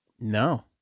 no